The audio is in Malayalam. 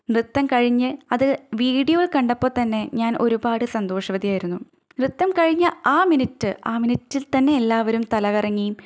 നൃത്തം കഴിഞ്ഞ് അത് വീഡിയോയിൽ കണ്ടപ്പോൾ തന്നെ ഞാൻ ഒരുപാട് സന്തോഷവതിയായിരുന്നു നൃത്തം കഴിഞ്ഞ ആ മിനിറ്റ് ആ മിനിറ്റിൽ തന്നെ എല്ലാവരും തല കറങ്ങിയും